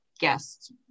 guests